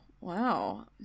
wow